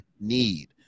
need